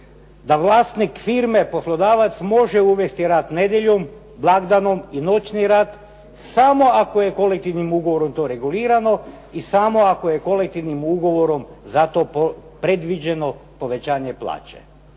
da vlasnik firme, poslodavac može uvesti rad nedjeljom, blagdanom, noćni rad samo ako je kolektivnim ugovorom to regulirano i samo ako je kolektivnim ugovorom za to predviđeno povećanje plaće.